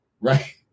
Right